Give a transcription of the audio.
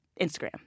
Instagram